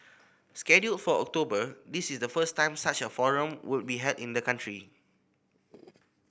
scheduled for October this is the first time such a forum will be held in the country